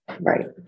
right